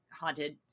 haunted